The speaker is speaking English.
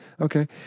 Okay